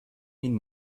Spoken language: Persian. این